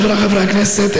חבריי חברי הכנסת,